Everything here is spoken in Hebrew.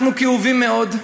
אנחנו כאובים מאוד,